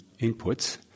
inputs